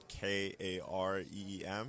K-A-R-E-E-M